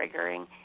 triggering